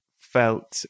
felt